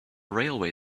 railway